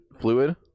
fluid